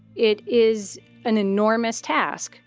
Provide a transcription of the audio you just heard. it is an enormous task.